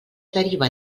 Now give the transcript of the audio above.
deriva